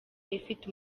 ifite